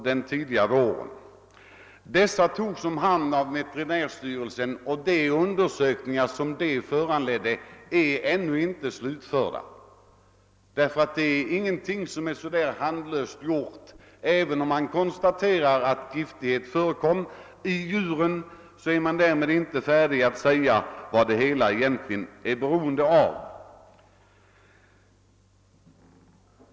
Dessa renar togs om hand av veterinärstyrelsen, och de undersökningar som inleddes då är ännu inte slutförda. De är nämligen inte gjorda i en handvändning. Även om man konstaterar att gift förekommer i djuren, kan man därmed inte säga vad detta beror på.